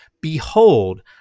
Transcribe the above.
Behold